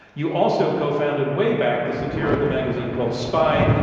you also cofounded, way back, the satirical magazine called, spy.